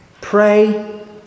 Pray